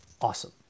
Awesome